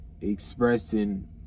expressing